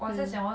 mm